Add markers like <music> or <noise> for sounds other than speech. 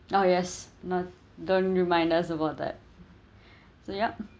oh yes not don't remind us about that <breath> so yup